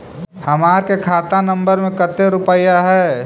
हमार के खाता नंबर में कते रूपैया है?